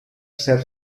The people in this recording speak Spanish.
ser